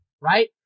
right